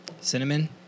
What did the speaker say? Cinnamon